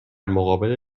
مقابل